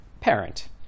parent